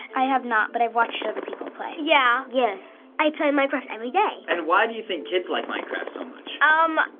i have not, but i've watched other people play. yeah. yes. i play minecraft everyday. and why do you think kids like minecraft so much? um,